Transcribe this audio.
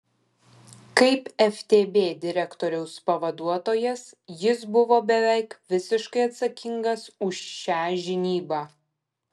kaip ftb direktoriaus pavaduotojas jis buvo beveik visiškai atsakingas už šią žinybą